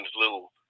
little